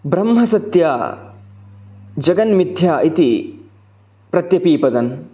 ब्रह्मसत्यम् जगन्मिथ्या इति प्रत्यपिपदन्